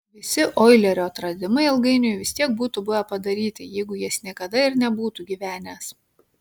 visi oilerio atradimai ilgainiui vis tiek būtų buvę padaryti jeigu jis niekada ir nebūtų gyvenęs